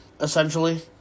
essentially